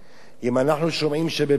אם אנחנו שומעים שבבאר-שבע